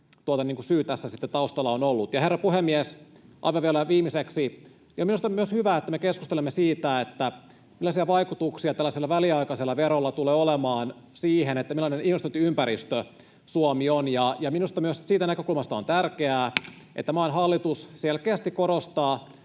syy tässä sitten taustalla on ollut. Herra puhemies! Aivan vielä viimeiseksi: kyllä minusta on myös hyvä, että me keskustelemme siitä, millaisia vaikutuksia tällaisella väliaikaisella verolla tulee olemaan siihen, millainen investointiympäristö Suomi on. Minusta myös siitä näkökulmasta on tärkeää, että maan hallitus selkeästi korostaa,